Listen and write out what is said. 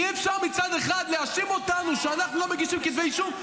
אי-אפשר מצד אחד להאשים אותנו שאנחנו לא מגישים כתבי אישום,